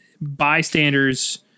bystanders